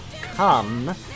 come